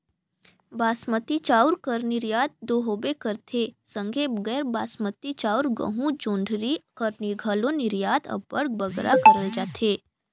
बासमती चाँउर कर निरयात दो होबे करथे संघे गैर बासमती चाउर, गहूँ, जोंढरी कर घलो निरयात अब्बड़ बगरा करल जाथे